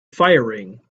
firing